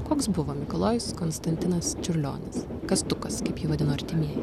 koks buvo mikalojus konstantinas čiurlionis kastukas kaip jį vadino artimieji